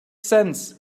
sense